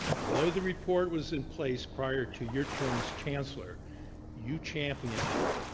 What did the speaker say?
although the report was in place prior to your term as chancellor you champion did.